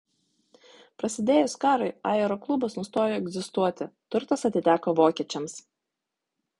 prasidėjus karui aeroklubas nustojo egzistuoti turtas atiteko vokiečiams